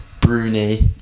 Bruni